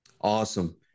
Awesome